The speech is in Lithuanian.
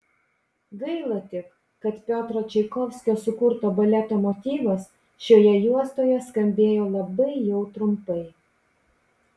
gaila tik kad piotro čaikovskio sukurto baleto motyvas šioje juostoje skambėjo labai jau trumpai